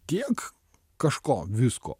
tiek kažko visko